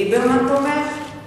ליברמן תומך בחלוקת ירושלים.